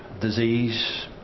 disease